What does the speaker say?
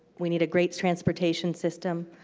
we need a great transportation system.